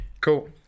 Cool